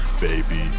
Baby